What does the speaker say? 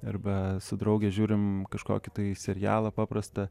arba su drauge žiūrim kažkokį tai serialą paprastą